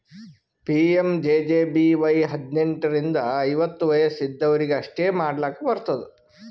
PMJJBY ಹದ್ನೆಂಟ್ ರಿಂದ ಐವತ್ತ ವಯಸ್ ಇದ್ದವ್ರಿಗಿ ಅಷ್ಟೇ ಮಾಡ್ಲಾಕ್ ಬರ್ತುದ